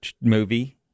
movie